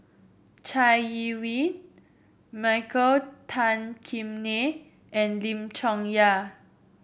Chai Yee Wei Michael Tan Kim Nei and Lim Chong Yah